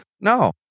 No